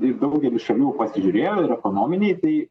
ir daugelį šalių pasižiūrėjau ir ekonominiai tai